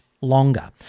longer